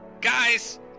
Guys